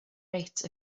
rate